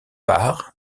part